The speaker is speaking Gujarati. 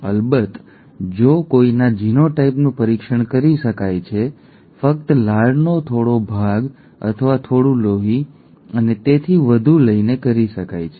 અલબત્ત જો કોઈના જીનોટાઈપનું પરીક્ષણ કરી શકાય છે ફક્ત લાળનો થોડો ભાગ અથવા થોડું લોહી અને તેથી વધુ લઈને તે કરી શકાય છે